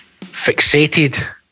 fixated